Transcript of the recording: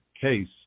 case